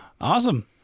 Awesome